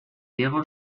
diego